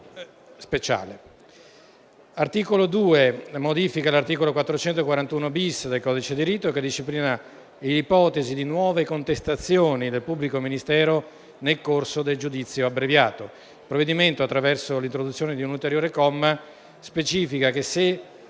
L'articolo 2 modifica l'articolo 441*-bis* del codice di rito, che disciplina l'ipotesi di nuove contestazioni del pubblico ministero nel corso del giudizio abbreviato. Il provvedimento, attraverso l'introduzione di un ulteriore comma, specifica che se